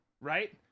right